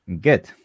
Good